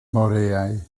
moreau